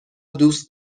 دوست